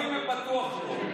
ציונים הם בטוח לא.